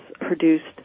produced